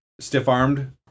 stiff-armed